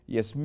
Yes